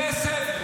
כסף,